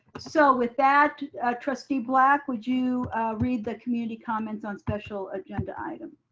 so with that trustee black, would you read the community comments on special agenda item?